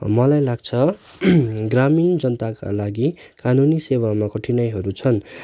मलाई लाग्छ ग्रामीण जनताका लागि कानुनी सेवामा कठिनाइहरू छन्